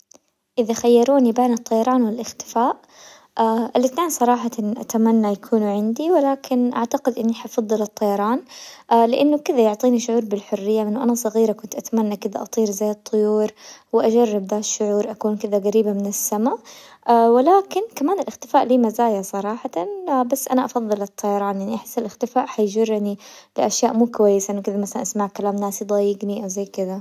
اذا خيروني بين الطيران والاختفاء الاثنين صراحة اتمنى يكونوا عندي، ولكن اعتقد اني حفضل الطيران، لانه كذا يعطيني شعور بالحرية، من وانا صغيرة كنت اتمنى كذا اطير زي الطيور، واجرب ذا الشعور اكون كذا قريبة من السما، ولكن كمان الاختفاء له مزايا صراحة بس انا افضل الطيران، يعني احس الاختفاء حيجرني باشياء مو كويسة انه كذا مثلا اسمع كلام ناس يضايقني او زي كذا.